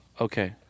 Okay